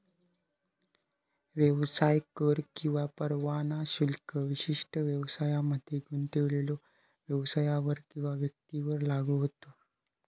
व्यवसाय कर किंवा परवाना शुल्क विशिष्ट व्यवसायांमध्ये गुंतलेल्यो व्यवसायांवर किंवा व्यक्तींवर लागू होता